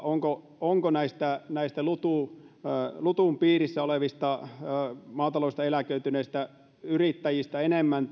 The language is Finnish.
onko näistä näistä lutun lutun piirissä olevista maataloudesta eläköityneistä yrittäjistä enemmän